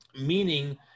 meaning